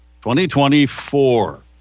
2024